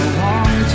long